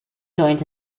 joined